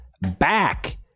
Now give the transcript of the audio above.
back